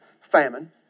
famine